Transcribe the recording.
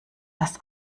das